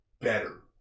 better